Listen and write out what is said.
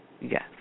Yes